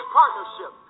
partnership